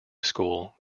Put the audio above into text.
school